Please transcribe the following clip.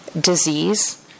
disease